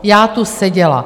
Já tu seděla.